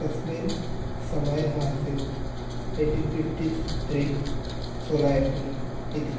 तस्मिन् समयः आसीत् एय्टीन् फिफ्टि त्रि सोला एप्रिल् इति